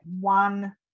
one